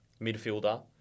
midfielder